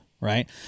right